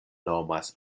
nomas